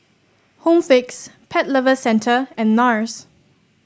Home Fix Pet Lovers Centre and NARS